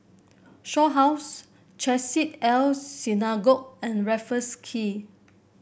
Shaw House Chesed El Synagogue and Raffles Quay